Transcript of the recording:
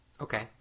Okay